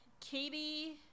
Katie